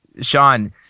Sean